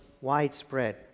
widespread